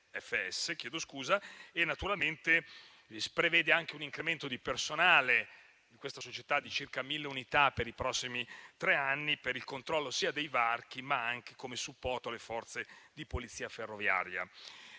naturalmente prevede anche un incremento di personale di questa società di circa mille unità, per i prossimi tre anni, per il controllo dei varchi, ma anche come supporto alle forze di polizia ferroviaria.